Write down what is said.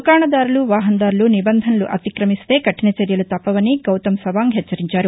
దుకాణదారులు వాహనదారులు నిబంధనలు అతిక్రమిస్తే కఠిన చర్యలు తప్పవని గౌతమ్ సవాంగ్ హెచ్చరించారు